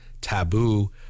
taboo